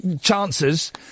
Chances